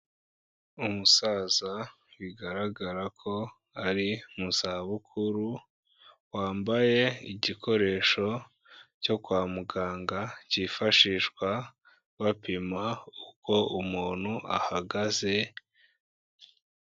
Umusaza bigaragara ko ari mu zabukuru wambaye igikoresho cyo kwa muganga cyifashishwa bapima uko umuntu ahagaze.